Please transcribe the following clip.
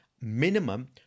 Minimum